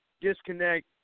disconnect